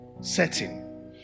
setting